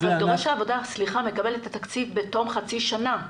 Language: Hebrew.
אבל דורש העבודה מקבל את התקציב בתום חצי שנה.